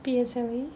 P_S_L_E